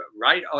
right